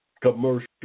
commercial